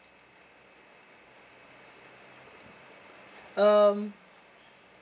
um